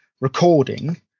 recording